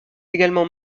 également